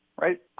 right